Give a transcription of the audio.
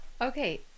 Okay